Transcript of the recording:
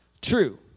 true